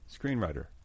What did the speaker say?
screenwriter